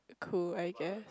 cool I guess